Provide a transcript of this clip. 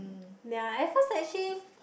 ya at first actually